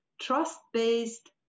trust-based